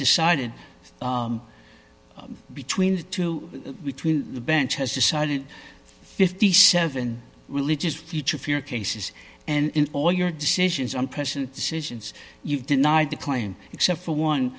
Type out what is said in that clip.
decided between the two between the bench has decided fifty seven religious future fear cases and in all your decisions on present decisions you've denied the claim except for one